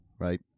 Right